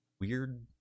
weird